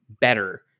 better